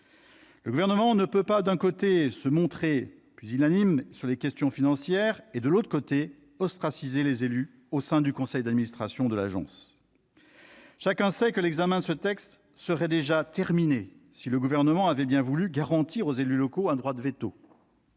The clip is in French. Le Gouvernement ne peut pas, d'un côté, se montrer pusillanime sur les questions financières, et, de l'autre, ostraciser les élus au sein du conseil d'administration de l'agence. Chacun sait que l'examen de ce texte serait déjà terminé si le Gouvernement avait bien voulu garantir aux élus locaux un droit de veto.